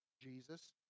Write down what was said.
Jesus